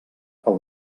pel